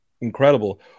incredible